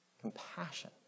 Compassion